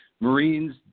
Marines